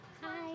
Hi